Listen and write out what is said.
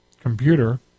computer